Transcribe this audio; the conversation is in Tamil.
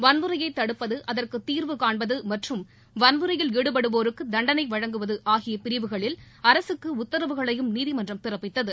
வன்முறையை தடுப்பது அதற்கு தீர்வு காண்பது மற்றம் வன்முறையில் ஈடுபடுவோருக்கு தண்டனை வழங்குவது ஆகிய பிரிவுகளில் அரசுக்கு உத்தரவுகளையும் நீதிமன்றம் பிறப்பித்தது